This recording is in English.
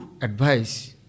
advice